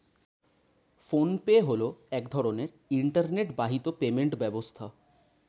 phone pay হলো এক ধরনের ইন্টারনেট বাহিত পেমেন্ট ব্যবস্থা